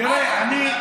מה היה?